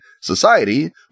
society